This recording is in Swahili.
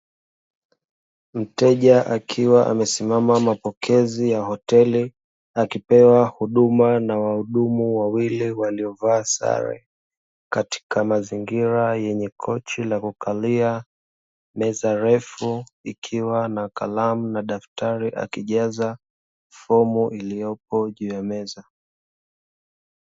Mteja akiwa amesimama mapokezi ya hoteli akipewa huduma na wahudumu wawili waliovaa sare katika mazingira yenye kochi la kukalia, meza refu ikiwa na kalamu na daftari akijaza fomu iliyopo juu ya meza.